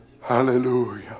hallelujah